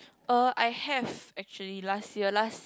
uh I have actually last year last